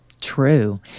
True